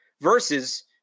versus